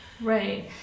Right